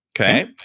Okay